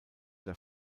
der